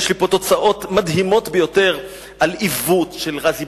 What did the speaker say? יש לי פה תוצאות מדהימות ביותר על עיוות של רזי